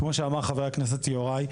כמו שאמר חבר הכנסת יוראי,